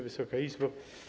Wysoka Izbo!